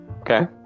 Okay